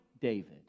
David